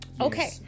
Okay